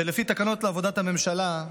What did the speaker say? ולפי תקנות לעבודת הממשלה,